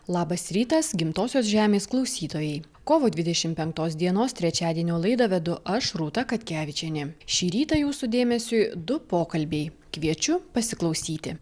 labas rytas gimtosios žemės klausytojai kovo dvidešimt penktos dienos trečiadienio laidą vedu aš rūta katkevičienė šį rytą jūsų dėmesiui du pokalbiai kviečiu pasiklausyti